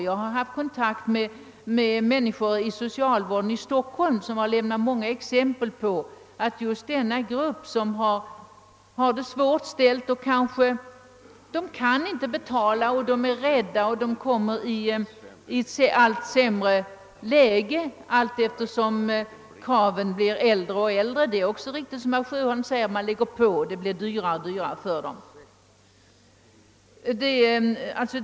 Jag har haft kontakt med personer inom socialvården i Stockholm som lämnat många exempel på att just den grupp människor som har det svårt drabbas hårt. De kan inte betala, och de kommer i ett allt sämre läge allteftersom kraven blir äldre. Det är riktigt, som herr Sjöholm säger, att firmorna lägger på avgifter och att det blir dyrare och dyrare för gäldenärerna.